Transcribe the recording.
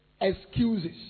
excuses